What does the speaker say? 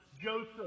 Joseph